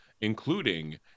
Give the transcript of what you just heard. Including